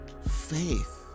faith